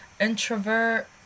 introvert